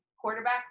quarterback